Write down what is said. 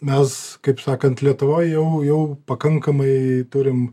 mes kaip sakant lietuvoj jau jau pakankamai turim